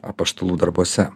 apaštalų darbuose